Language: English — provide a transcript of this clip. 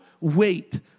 wait